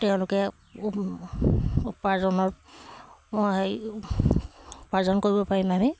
তেওঁলোকে উ উপাৰ্জনৰ মই উপাৰ্জন কৰিব পাৰিম আমি